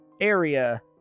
area